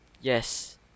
Yes